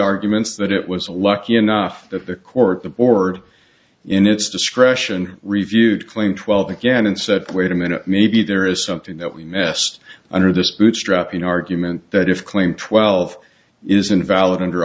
arguments that it was lucky enough that the court the board in its discretion reviewed claim twelve again and said wait a minute maybe there is something that we mess under this bootstrapping argument that if claim twelve is invalid under